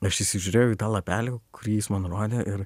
aš įsižiūrėjau į tą lapelį kurį jis man rodė ir